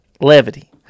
levity